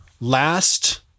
last